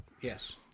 yes